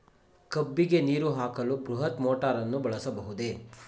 ಕಬ್ಬಿಗೆ ನೀರು ಹಾಕಲು ಬೃಹತ್ ಮೋಟಾರನ್ನು ಬಳಸಬಹುದೇ?